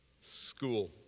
School